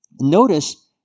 Notice